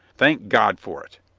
thank god for it!